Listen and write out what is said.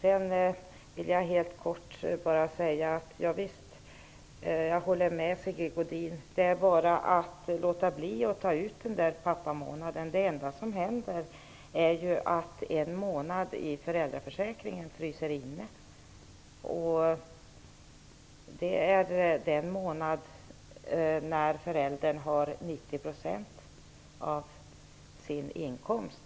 Sedan vill jag bara helt kort säga att jag håller med Sigge Godin om att det bara är att låta bli att ta ut den där pappamånaden. Det enda som händer är ju att en månad i föräldraförsäkringen fryser inne, och det är den månad när föräldern har 90 % av sin inkomst